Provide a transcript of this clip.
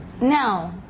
No